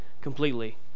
completely